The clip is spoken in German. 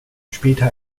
später